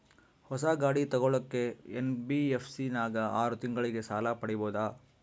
ಹೊಸ ಗಾಡಿ ತೋಗೊಳಕ್ಕೆ ಎನ್.ಬಿ.ಎಫ್.ಸಿ ನಾಗ ಆರು ತಿಂಗಳಿಗೆ ಸಾಲ ಪಡೇಬೋದ?